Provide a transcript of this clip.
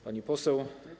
Pani Poseł!